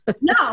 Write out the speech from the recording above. No